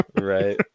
right